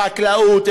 חקלאות,